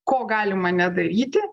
ko galima nedaryti